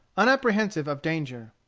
unapprehensive of danger.